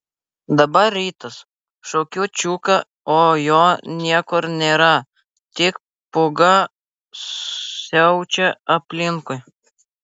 dabar rytas šaukiu čiuką o jo niekur nėra tik pūga siaučia aplinkui